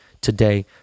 today